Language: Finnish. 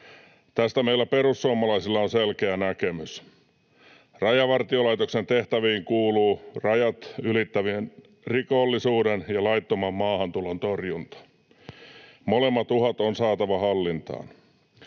Tästä meillä perussuomalaisilla on selkeä näkemys. Rajavartiolaitoksen tehtäviin kuuluu rajat ylittävän rikollisuuden ja laittoman maahantulon torjunta. Molemmat uhat on saatava hallintaan.